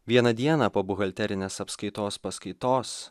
vieną dieną po buhalterinės apskaitos paskaitos